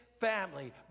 family